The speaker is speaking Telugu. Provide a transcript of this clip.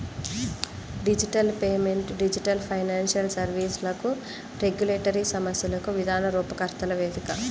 డిజిటల్ పేమెంట్ డిజిటల్ ఫైనాన్షియల్ సర్వీస్లకు రెగ్యులేటరీ సమస్యలను విధాన రూపకర్తల వేదిక